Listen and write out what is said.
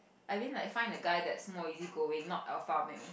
I mean like find a guy that's more easy going not alpha male